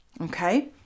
Okay